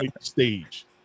stage